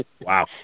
Wow